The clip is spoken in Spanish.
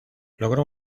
logró